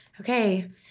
okay